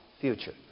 future